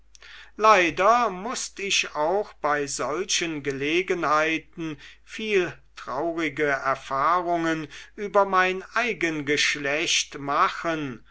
leider mußt ich auch bei solchen gelegenheiten viel traurige erfahrungen über mein eigen geschlecht machen